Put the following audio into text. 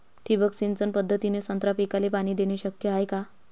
ठिबक सिंचन पद्धतीने संत्रा पिकाले पाणी देणे शक्य हाये का?